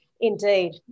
Indeed